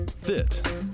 Fit